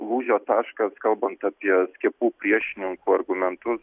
lūžio taškas kalbant apie skiepų priešininkų argumentus